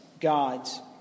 God's